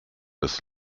das